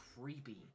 creepy